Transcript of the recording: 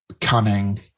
cunning